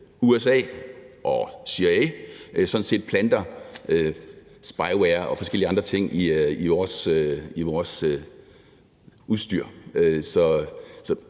USA og CIA sådan set planter spyware og forskellige andre ting i vores udstyr,